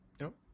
Nope